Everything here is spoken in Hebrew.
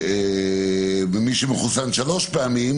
מי שמחוסן שלוש פעמים,